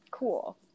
cool